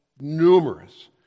numerous